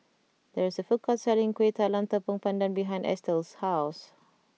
there is a food court selling Kueh Talam Tepong Pandan behind Eathel's house